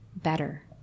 better